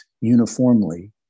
uniformly